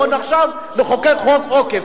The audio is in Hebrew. בוא עכשיו נחוקק חוק עוקף.